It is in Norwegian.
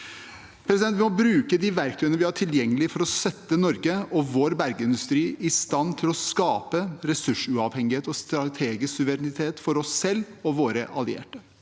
i dag. Vi må bruke de verktøyene vi har tilgjengelig, for å sette Norge og vår bergindustri i stand til å skape ressursuavhengighet og strategisk suverenitet for oss selv og våre allierte.